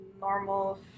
normal